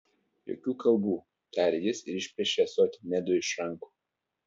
jokių kalbų tarė jis ir išplėšė ąsotį nedui iš rankų